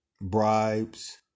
bribes